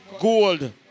Gold